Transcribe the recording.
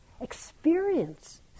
Experience